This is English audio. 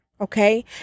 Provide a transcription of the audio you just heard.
okay